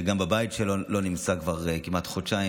שגם בבית שלו לא נמצא כבר כמעט חודשיים,